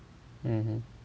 mmhmm